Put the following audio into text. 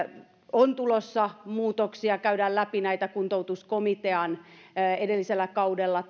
on tulossa muutoksia käydään läpi näitä kuntoutuskomitean edellisellä kaudella